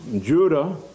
Judah